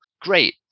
Great